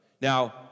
Now